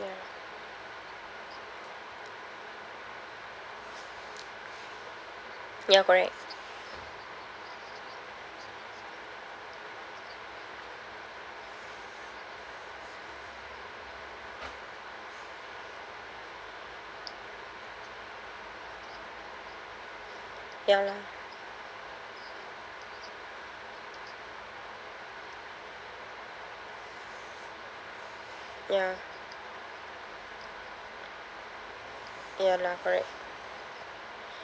ya ya correct ya lah ya ya lah correct